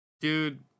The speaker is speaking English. dude